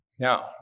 Now